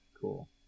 Cool